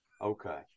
Okay